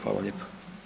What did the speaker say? Hvala lijepa.